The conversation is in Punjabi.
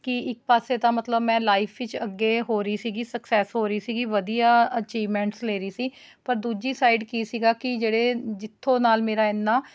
ਕੇ ਇੱਕ ਪਾਸੇ ਤਾਂ ਮਤਲਬ ਮੈਂ ਲਾਈਫ ਵਿੱਚ ਅੱਗੇ ਹੋ ਰਹੀ ਸੀਗੀ ਸਕਸੈਸ ਹੋ ਰਹੀ ਸੀਗੀ ਵਧੀਆ ਅਚੀਵਮੈਂਟ ਲੈ ਰਹੀ ਸੀ ਪਰ ਦੂਜੀ ਸਾਈਡ ਕੀ ਸੀਗਾ ਕਿ ਜਿਹੜੇ ਜਿੱਥੋਂ ਨਾਲ ਮੇਰਾ ਇੰਨਾ